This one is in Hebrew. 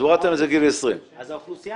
אז הורדתם את זה לגיל 20. אז האוכלוסייה